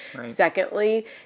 Secondly